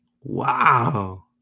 Wow